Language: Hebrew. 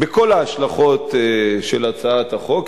בכל ההשלכות של הצעת החוק,